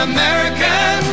American